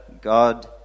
God